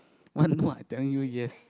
want what I telling you yes